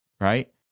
right